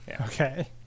Okay